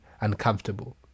uncomfortable